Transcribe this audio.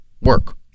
work